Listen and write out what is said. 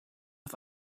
auf